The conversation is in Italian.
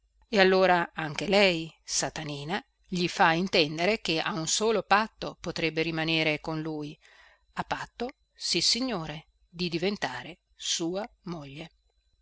e allora anche lei satanina gli fa intendere che a un solo patto potrebbe rimanere con lui a patto sissignore di diventare sua moglie